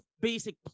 basic